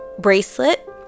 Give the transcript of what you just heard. bracelet